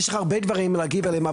ארז טל, יש לך הרבה דברים להגיד עליהם.